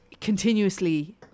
Continuously